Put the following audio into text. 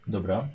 Dobra